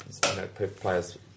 players